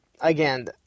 again